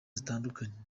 zitandukanye